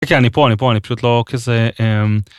אני פה, אני פה, אני פשוט לא כזה...